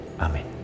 Amen